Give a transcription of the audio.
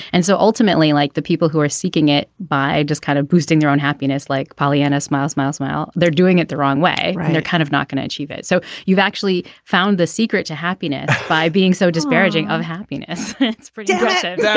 and so ultimately like the people who are seeking it by just kind of boosting their own happiness like pollyanna smile smile smile they're doing it the wrong way they're kind of not going to achieve it. so you've actually found the secret to happiness by being so disparaging of happiness for depression yeah